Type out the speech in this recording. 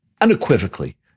unequivocally